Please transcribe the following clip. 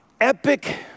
epic